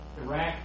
Iraq